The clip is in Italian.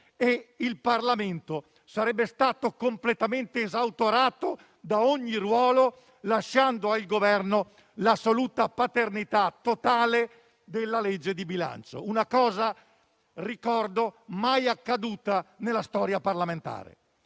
e il Parlamento sarebbe stato completamente esautorato da ogni ruolo, lasciando al Governo l'assoluta e totale paternità della legge di bilancio: ricordo che è una cosa mai accaduta nella storia parlamentare.